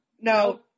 No